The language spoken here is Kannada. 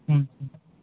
ಹ್ಞೂ ಹ್ಞೂ